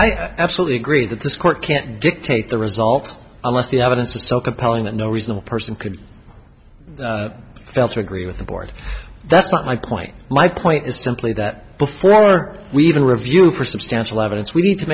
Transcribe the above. i absolutely agree that this court can't dictate the result unless the evidence is so compelling that no reasonable person could fail to agree with the board that's not my point my point is simply that before we even review for substantial evidence we need to